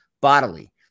bodily